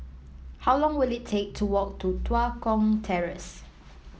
how long will it take to walk to Tua Kong Terrace